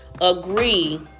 agree